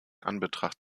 anbetracht